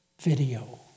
video